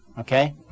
Okay